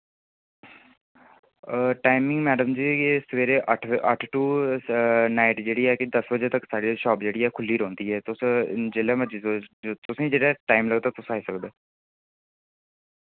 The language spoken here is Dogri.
टाइमिंग मैडम जी सवेरे अट्ठ अट्ठ टू नाईट जेह्ड़ी ऐ कि दस बजे तक साढ़े शाप जेह्ड़ी ऐ खुल्ली रोह्नदी ऐ तुस जिल्लै मर्जी तुस तुसें जिल्लै टाइम लगदा तुस आई सकदे ओ